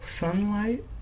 sunlight